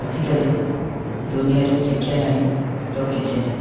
ଆଜିକାଲି ଦୁନିଆରେ ଶିକ୍ଷା ନାହିଁ ତ କିଛି ନାହିଁ